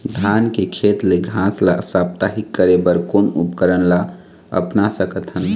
धान के खेत ले घास ला साप्ताहिक करे बर कोन उपकरण ला अपना सकथन?